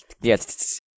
yes